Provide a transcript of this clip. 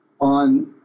on